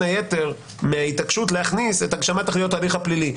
היתר מההתעקשות להכניס את הגשמת תכליות ההליך הפלילי,